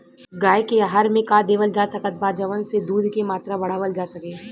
गाय के आहार मे का देवल जा सकत बा जवन से दूध के मात्रा बढ़ावल जा सके?